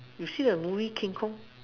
you see the movie King Kong